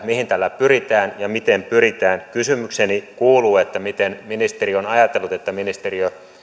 mihin tällä pyritään ja miten pyritään kysymykseni kuuluu miten ministeri on ajatellut että ministeriö